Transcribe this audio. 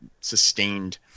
sustained